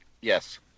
Yes